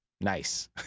nice